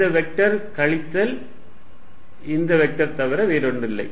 இந்த வெக்டர் கழித்தல் இந்த வெக்டர் தவிர வேறில்லை